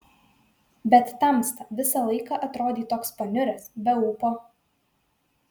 bet tamsta visą laiką atrodei toks paniuręs be ūpo